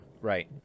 Right